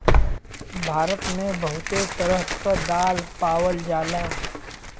भारत मे बहुते तरह क दाल पावल जाला